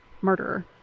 murderer